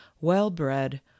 well-bred